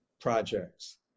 projects